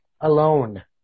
alone